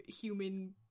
human